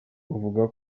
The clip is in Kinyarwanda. uvuga